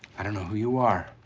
i don't know who you are,